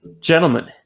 gentlemen